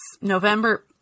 November